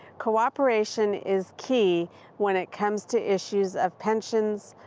cooperation is key when it comes to issues of pensions,